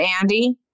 Andy